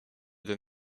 than